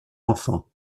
enfants